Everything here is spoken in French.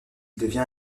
devient